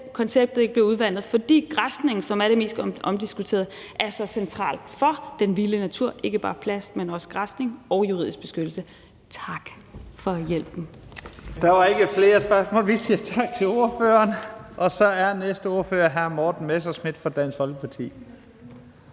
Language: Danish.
konceptet ikke bliver udvandet, for græsning, som er det mest omdiskuterede her, er så centralt for den vilde natur, altså ikke bare plads, men også græsning og juridisk beskyttelse. Tak for hjælpen. Kl. 14:35 Første næstformand (Leif Lahn Jensen): Der er ikke flere spørgsmål. Vi siger tak til ordføreren. Næste ordfører er hr. Morten Messerschmidt fra Dansk Folkeparti.